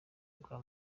bwa